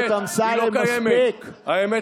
באמת